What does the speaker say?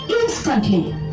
instantly